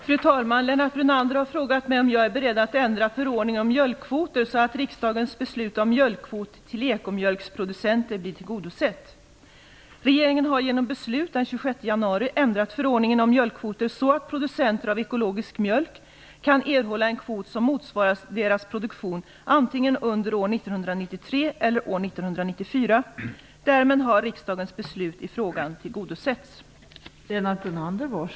Fru talman! Lennart Brunander har frågat mig om jag är beredd att ändra förordningen om mjölkkvoter så att riksdagens beslut om mjölkkvot till ekomjölksproducenter blir tillgodosett. Regeringen har genom beslut den 26 januari ändrat förordningen om mjölkkvoter så att producenter av ekologisk mjölk kan erhålla en kvot som motsvarar deras produktion antingen under år 1993 eller år 1994. Därmed har riksdagens beslut i frågan tillgodosetts.